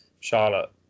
Charlotte